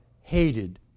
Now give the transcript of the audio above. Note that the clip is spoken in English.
hated